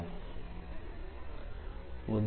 vlcsnap 2019 04 15 10h31m51s061